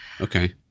Okay